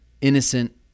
innocent